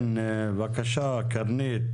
כן בבקשה קרנית,